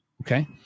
okay